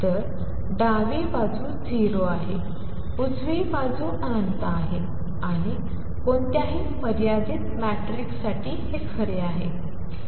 तर डावी बाजू 0 आहे उजवी बाजू अनंत आहे आणि कोणत्याही मर्यादित मॅट्रिक्ससाठी हे खरे आहे